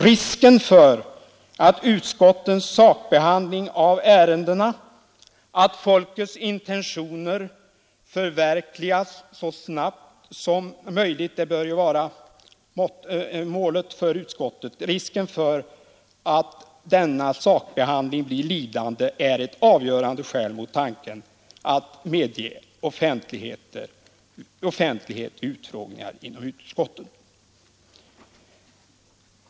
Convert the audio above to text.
Risken för att utskottens sakbehandling av ärendena — att folkets intentioner förverkligas så snabbt som möjligt bör ju vara målet för utskotten — blir lidande är ett avgörande skäl mot tanken att medge offentlighet vid utfrågningar inom utskotten.